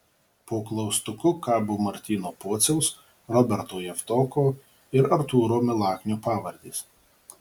po klaustuku kabo martyno pociaus roberto javtoko ir artūro milaknio pavardės